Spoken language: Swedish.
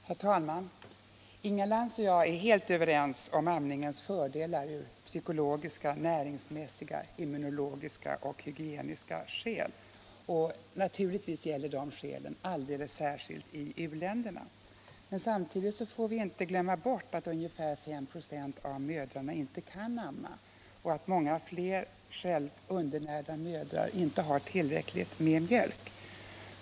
Herr talman! Inga Lantz och jag är helt överens om amningens fördelar, av psykologiska, näringsmässiga, immunologiska och hygieniska skäl. Naturligtvis gäller de skälen alldeles särskilt i u-länderna. Men samtidigt får vi inte glömma bort att ungefär 5 96 av mödrarna inte kan amma och att många flera själva undernärda mödrar inte har tillräckligt med mjölk.